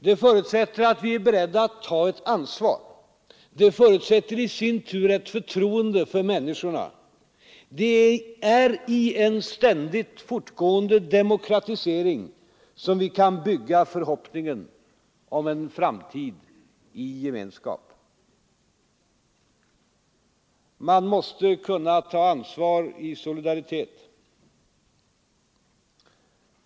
Det förutsätter att vi är beredda att ta ett ansvar. Detta förutsätter i sin tur ett förtroende för människorna. Det är i en ständigt fortgående demokratisering som vi kan bygga förhoppningen om en framtid i gemenskap. Man måste kunna ta ansvar i solidaritet.